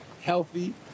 healthy